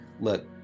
look